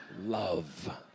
love